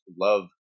love